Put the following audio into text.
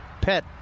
pet